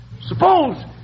Suppose